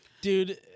dude